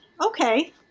Okay